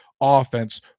offense